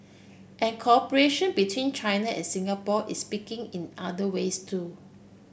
and cooperation between China and Singapore is picking in other ways too